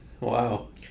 wow